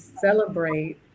celebrate